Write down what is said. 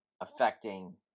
affecting